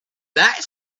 that